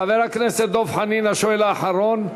חבר הכנסת דב חנין, השואל האחרון.